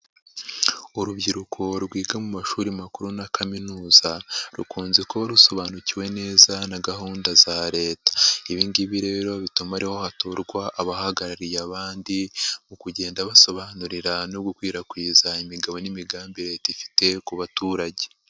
Urubyiruko rwiga mu mashuri makuru na kaminuza, rukunze kuba rusobanukiwe neza na gahunda za leta. Ibi ngibi rero bituma ariho hatorwa abahagarariye abandi mu kugenda basobanurira no gukwirakwiza imigabo n'imigambi leta ifite ku baturage.